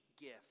gift